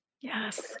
Yes